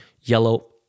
yellow